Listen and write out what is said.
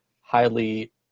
highly